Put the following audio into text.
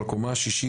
לקומה השישית,